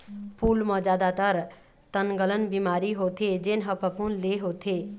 फूल म जादातर तनगलन बिमारी होथे जेन ह फफूंद ले होथे